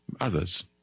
others